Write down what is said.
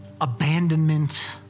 abandonment